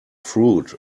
fruit